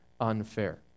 unfair